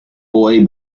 boy